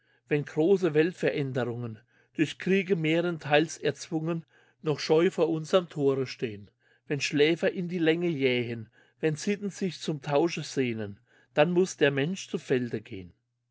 wenn große weltveränderungen durch kriege mehrenteils erzwungen noch scheu vor unserm thore stehn wenn schläfer in die länge jähnen wenn sitten sich zum tausche sehnen dann muß der mensch zu felde gehen